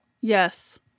Yes